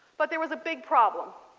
but there was a big problem.